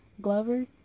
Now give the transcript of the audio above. Glover